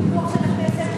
יש פיקוח של הכנסת.